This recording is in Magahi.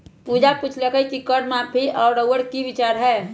पूजा पुछलई कि कर माफी पर रउअर कि विचार हए